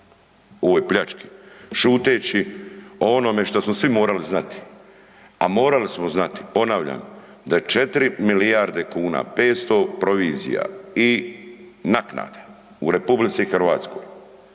ovoj pljački šuteći o onome što smo svi morali znati, a morali smo znati ponavljam da 4 milijarde kuna, 500 provizija i naknade u RH je